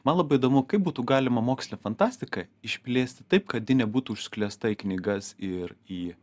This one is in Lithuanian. man labai įdomu kaip būtų galima mokslinę fantastiką išplėsti taip kad ji nebūtų užsklęsta į knygas ir į